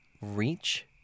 reach